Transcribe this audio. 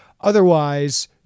Otherwise